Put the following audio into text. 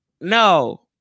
no